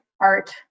art